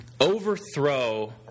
Overthrow –